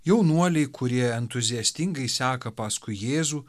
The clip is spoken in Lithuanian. jaunuoliai kurie entuziastingai seka paskui jėzų